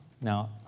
Now